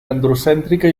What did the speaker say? androcèntrica